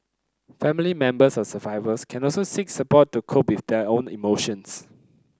family members of survivors can also seek support to cope with their own emotions